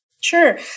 Sure